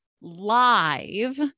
live